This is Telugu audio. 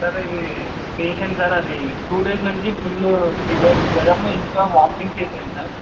సార్ ఇది పేషెంట్ సార్ అది టూ డేస్ నుంచి ఫుల్ ఫీవర్ జ్వరము ఇంకా వామిటింగ్స్ అవుతున్నాయి సార్